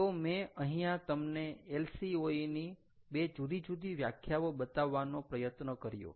તો મેં અહીંયા તમને LCOE ની બે જુદી જુદી વ્યાખ્યાઓ બતાવવાનો પ્રયત્ન કર્યો